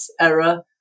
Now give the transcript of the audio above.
error